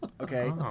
Okay